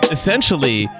Essentially